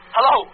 Hello